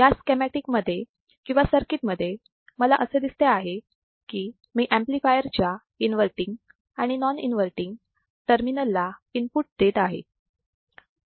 या स्केमॅटिक मध्ये किंवा सर्किटमध्ये मला असे दिसते आहे की मी ऍम्प्लिफायर च्या इन्वर्तींग आणि नॉन इन्वर्तींग टर्मिनल ला इनपुट देत आहे